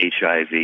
HIV